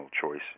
choice